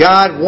God